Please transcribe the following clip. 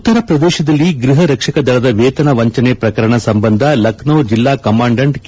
ಉತ್ತರ ಪ್ರದೇಶದಲ್ಲಿ ಗ್ಬಹ ರಕ್ಷಕ ದಳದ ವೇತನ ವಂಚನೆ ಪ್ರಕರಣ ಸಂಬಂಧ ಲಖ್ನೋ ಜಿಲ್ಲಾ ಕಮಾಂಡಂಟ್ ಕೆ